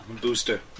Booster